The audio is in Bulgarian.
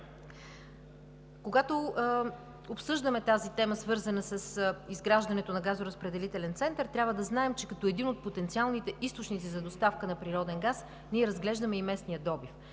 Когато обсъждаме темата, свързана с изграждането на газоразпределителен център, трябва да знаем, че като един от потенциалните източници за доставка на природен газ, ние разглеждаме и местния добив.